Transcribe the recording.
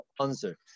answer